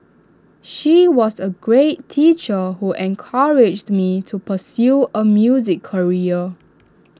she was A great teacher who encouraged me to pursue A music career